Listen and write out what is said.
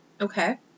Okay